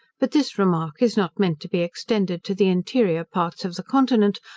but this remark is not meant to be extended to the interior parts of the continent,